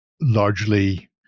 largely